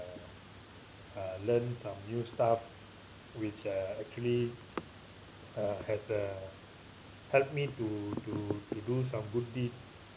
uh learn some new stuff which uh actually uh has uh helped me to to to do some good deed